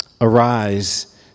Arise